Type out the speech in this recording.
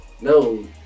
no